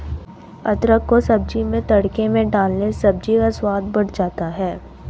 अदरक को सब्जी में तड़के में डालने से सब्जी का स्वाद बढ़ जाता है